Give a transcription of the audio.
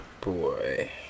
boy